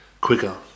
quicker